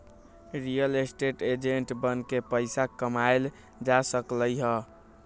real estate agent बनके पइसा कमाएल जा सकलई ह